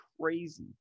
crazy